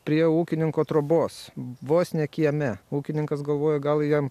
prie ūkininko trobos vos ne kieme ūkininkas galvoja gal jam